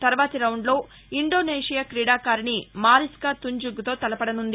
తర్వాతి రౌండ్లో ఇండోనేసియా క్రీడాకారిణి మారిస్న తున్జుంగ్తో తలపడనుంది